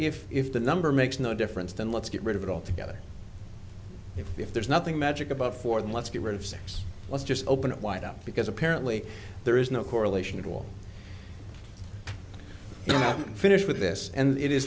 if if the number makes no difference then let's get rid of it altogether if there's nothing magic about ford let's get rid of six let's just open it wide up because apparently there is no correlation at all you haven't finished with this and it is